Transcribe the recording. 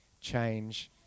change